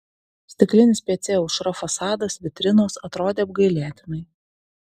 stiklinis pc aušra fasadas vitrinos atrodė apgailėtinai